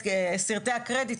את סרטי הקרדיט.